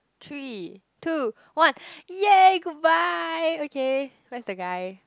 three two one !yay! goodbye okay where's the guy